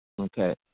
Okay